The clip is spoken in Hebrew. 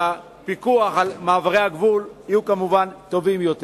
והפיקוח על מעברי הגבול יהיו כמובן טובים יותר.